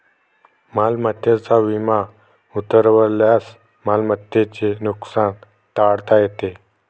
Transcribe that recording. मालमत्तेचा विमा उतरवल्यास मालमत्तेचे नुकसान टाळता येते